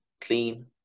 clean